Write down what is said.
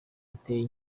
giteye